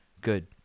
good